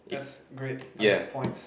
that's great I have points